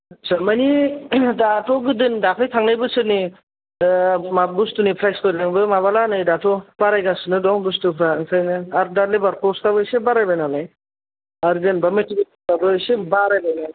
आच्छा माने दाथ' गोदोनि दाखालै थांनाय बोसोरनि ओ माबा बुस्तुनि प्रायसफोरजोंबो माबाला नै दाथ' बारायगासिनो दं बुस्तुफ्रा ओंखायनो आरो दा लेबार कस्ताबो इसे बारायबाय नालाय आरो जेनेबा मेतेरियेलफ्राबो इसे बारायबाय ना